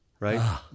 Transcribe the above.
Right